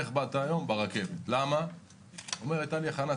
שאלתי איך הגיע היום ענה ברכבת כי הייתה לו הכנת